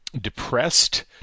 depressed